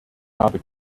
habe